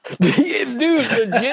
dude